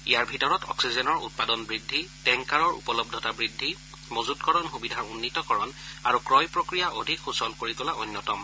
ইয়াৰ ভিতৰত অক্সিজেনৰ উৎপাদন বৃদ্ধি টেংকাৰৰ উপলদ্ধতা বৃদ্ধি মজুতকৰণ সুবিধাৰ উন্নীতকৰণ আৰু ক্ৰয় প্ৰক্ৰিয়া অধিক সুচল কৰি তোলা অন্যতম